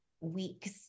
weeks